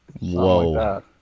Whoa